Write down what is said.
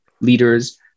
leaders